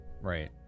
Right